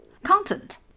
content